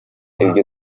ibyo